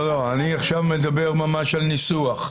לא, לא, אני עכשיו מדבר ממש על ניסוח.